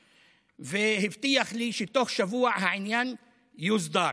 והבטיח לי שבתוך שבוע העניין יוסדר.